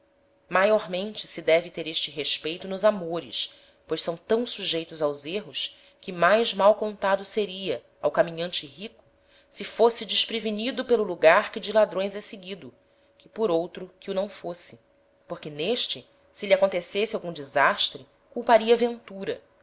errarem maiormente se deve ter este respeito nos amores pois são tão sujeitos aos erros que mais mal contado seria ao caminhante rico se fosse desprevenido pelo lugar que de ladrões é seguido que por outro que o não fosse porque n'este se lhe acontecesse algum desastre culparia a ventura